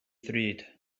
ddrud